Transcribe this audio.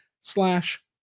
slash